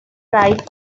right